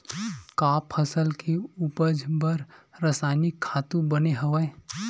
का फसल के उपज बर रासायनिक खातु बने हवय?